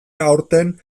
aurten